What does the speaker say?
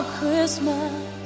Christmas